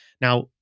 now